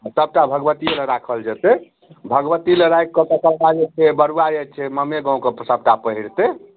सभटा भगवती लग राखल जेतै भगवती लग राखि तकर बाद जे छै बड़ुआ जे छै मामे गाँव के सभटा पहिरतै